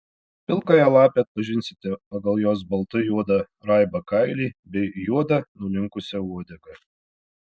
pilkąją lapę atpažinsite pagal jos baltai juodą raibą kailį bei juodą nulinkusią uodegą